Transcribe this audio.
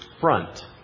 front